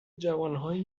جوانهایی